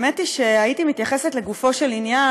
האמת היא שהייתי מתייחסת לגופו של עניין,